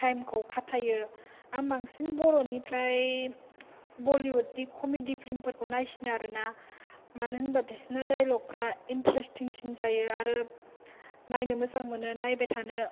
टाइमखौ खाथायो आं बांसिन बर'निफ्राय बलिउदनि कमेदि फ्लिमफोरखौ नायसिनो आरोना मानो होनबा बिसोरना दाइलगफोरा इनटारेस्टसिन जायो आरो नायनो मोजां मोनो नायबाय थानो